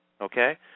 Okay